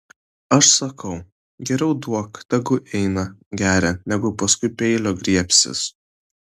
aš sakau geriau duok tegu eina geria negu paskui peilio griebsis